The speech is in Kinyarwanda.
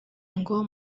ngo